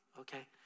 okay